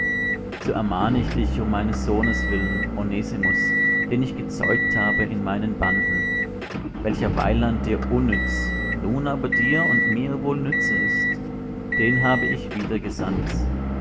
so ermahne ich dich um meines sohnes willen onesimus den ich gezeugt habe in meinen banden welcher weiland dir unnütz nun aber dir und mir wohl nütze ist den habe ich